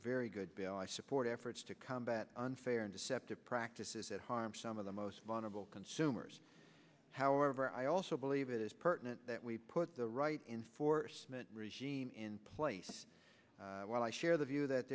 a very good bill i support efforts to combat unfair and deceptive practices that harm some of the most vulnerable consumers however i also believe it is pertinent that we put the right in for a regime in place while i share the view that